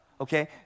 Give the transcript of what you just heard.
Okay